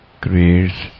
creates